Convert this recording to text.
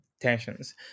tensions